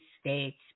states